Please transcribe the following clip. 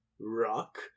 Rock